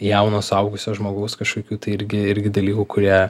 jauno suaugusio žmogaus kažkokių tai irgi irgi dalykų kurie